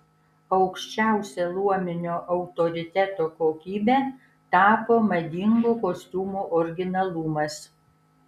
aukščiausia luominio autoriteto kokybe tapo madingų kostiumų originalumas